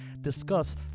discuss